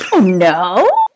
No